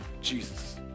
Jesus